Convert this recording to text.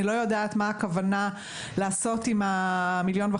אני לא יודעת מה הכוונה לעשות עם ה-1.5